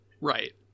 Right